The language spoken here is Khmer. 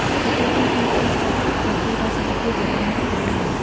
ការទទួលទានផ្លែឈើស្រស់ៗក៏ជួយដល់សុខភាពរបស់អ្នកផងដែរ។